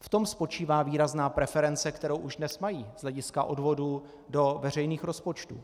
V tom spočívá výrazná preference, kterou už dnes mají z hlediska odvodů do veřejných rozpočtů.